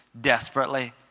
desperately